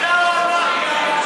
אתה או אנחנו?